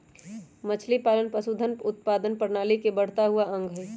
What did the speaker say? मछलीपालन पशुधन उत्पादन प्रणाली के बढ़ता हुआ अंग हई